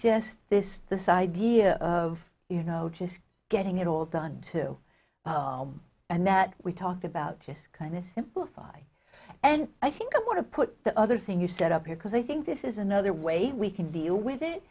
just this this idea of you know just getting it all done to and that we talked about just kind of simplify and i think i want to put the other thing you set up here because i think this is another way we can deal with it